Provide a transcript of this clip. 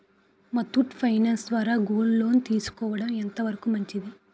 Muthoot finance ద్వారా gold loan తీసుకోవడం ఎంత వరకు మంచిది?